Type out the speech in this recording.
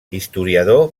historiador